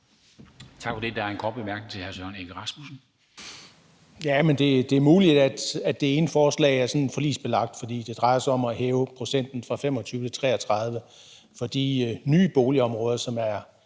til hr. Søren Egge Rasmussen. Kl. 17:43 Søren Egge Rasmussen (EL): Det er muligt, at det ene forslag er sådan forligsbelagt, fordi det drejer sig om at hæve procenten fra 25 til 33 for de nye boligområder, som er